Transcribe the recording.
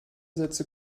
sätze